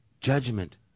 judgment